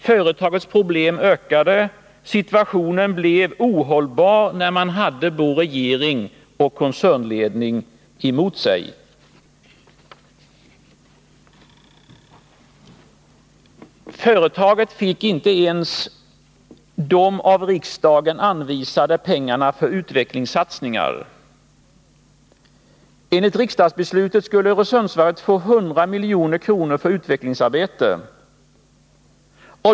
Företagets problem ökade och situationen blev ohållbar när man hade både regering och koncernledning emot sig. Företaget fick inte ens de av riksdagen anvisade pengarna för utvecklingssatsningen. Enligt riksdagsbeslutet skulle Öresundsvarvet få 100 milj.kr. för utvecklingsarbete.